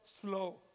slow